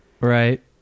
right